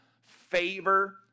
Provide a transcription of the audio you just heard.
Favor